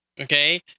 Okay